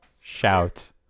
Shout